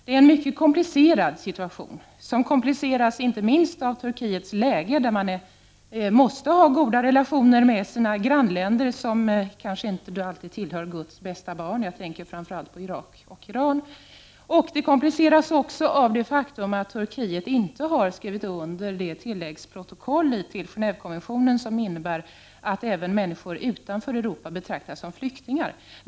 Det är en mycket komplicerad situation, som inte minst kompliceras av Turkiets läge — Turkiet måste ha goda relationer med sina grannländer, som inte alla tillhör Guds bästa barn; jag tänker framför allt på Irak och Iran. Situationen kompliceras också av det faktum att Turkiet inte har skrivit under det tilläggsprotokoll till Genévekonventionen som innebär att även människor utanför Europa betraktas som flyktingar.